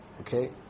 Okay